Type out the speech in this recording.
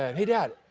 and hey, dad,